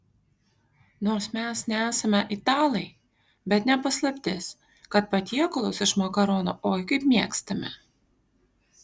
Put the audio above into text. nors mes nesame italai bet ne paslaptis kad patiekalus iš makaronų oi kaip mėgstame